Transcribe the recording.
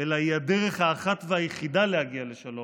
אלא היא הדרך האחת והיחידה להגיע לשלום.